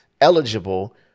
eligible